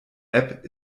app